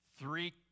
three